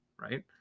right